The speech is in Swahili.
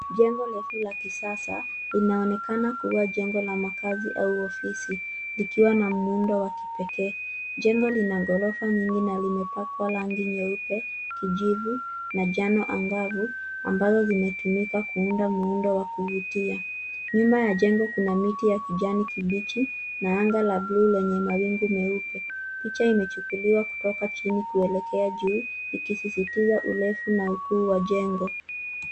Jengo refu la kisasa linaonekana kuwa jengo la makazi au ofisi likiwa na muundo wa kipekee. Jengo lina ghorofa nyingi na limepakwa rangi nyeupe, kijivu na njano angavu ambalo limetumika kuunda muundo wa kuvutia. Nyuma ya jengo kuna miti ya kijani kibichi na anga la buluu lenye mawingu meupe. Picha imechukuliwa kutoka chini kuelekea juu likisisitiza urefu na ukuu wa jengo.